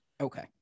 Okay